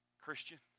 Christian